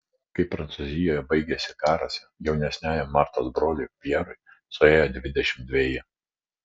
kai prancūzijoje baigėsi karas jaunesniajam martos broliui pjerui suėjo dvidešimt dveji